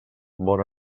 bon